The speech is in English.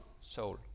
soul